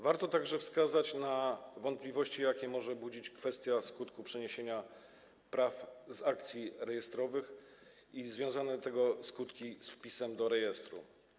Warto także wskazać na wątpliwości, jakie może budzić kwestia skutku przeniesienia praw z akcji rejestrowych i wiązanie tego skutku z wpisem do rejestru.